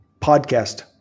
podcast